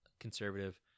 conservative